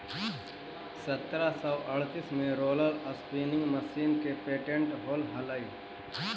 सत्रह सौ अड़तीस में रोलर स्पीनिंग मशीन के पेटेंट होले हलई